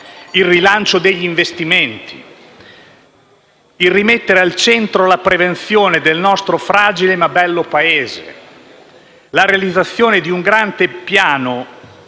il rilancio degli investimenti; il rimettere al centro la prevenzione del nostro fragile, ma bel Paese; la realizzazione di un grande piano